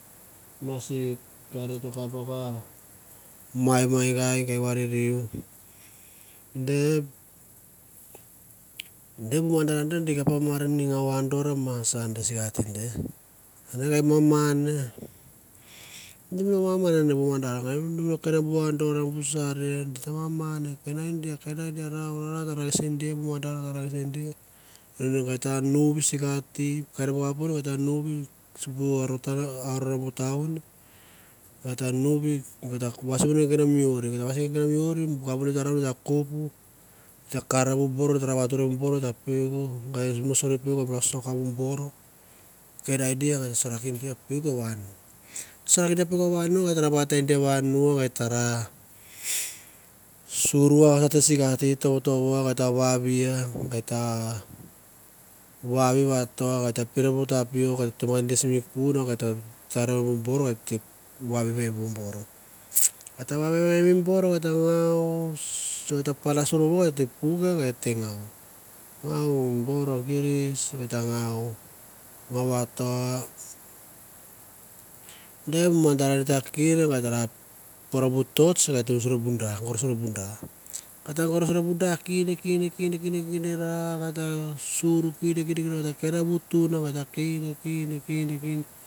Ma si baba mai me gai gai vanirui di a ande gi kap mar na sigo andor sikati de, gei mamande gi no maman ade bu madar ga ne kenda bu andor bu sa aria di te maman kenda dia rau ta na ang se dia bu tau et ta vais i gegen mi oir ai ta kopu ta kar bobor ta sor peuk ta soka mi bor kenda nge sorakia peuk i wanu et ta ra surua te sikati tovo tovo et ta vavira a vaive vato va et ta piri bu tapiok toma kan gi sim pul et ta tsarivi bu bor a et te vavevi bu bor. E ta vavevi bu bor et ta panda sorvovo et ta puek a et e ngau ngau bor a giris ngau vato, de mi madar va ta kind poro bu torck te vamusiri buda go ta vamusiri mi da kinda kinda na va ta sor gi ta kenda bu tun gi ta kind kind